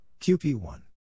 QP1